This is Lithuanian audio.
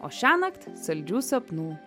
o šiąnakt saldžių sapnų